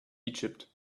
egypt